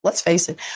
let's face it,